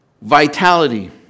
vitality